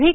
V